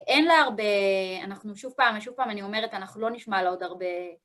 אין לה הרבה... אנחנו שוב פעם, שוב פעם אני אומרת, אנחנו לא נשמע לה עוד הרבה...